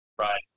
Right